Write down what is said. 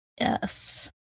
Yes